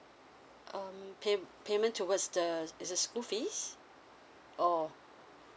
um pay payment towards the it's a school fees or